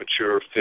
mature